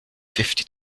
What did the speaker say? fifty